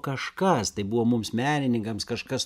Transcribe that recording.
kažkas tai buvo mums menininkams kažkas